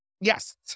yes